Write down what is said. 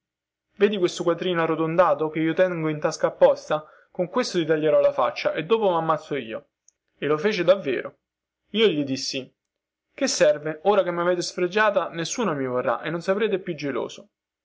vedi questo quattrino arrotato che lo tengo in tasca apposta con questo ti taglierò la faccia e dopo mammazzo io e lo fece davvero io gli dissi che serve ora che mavete sfregiata nessuno mi vorrà e non sarete più geloso